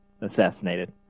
assassinated